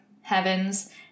heavens